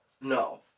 No